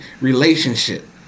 relationship